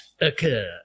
occur